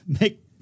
Make